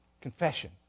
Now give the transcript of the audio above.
confession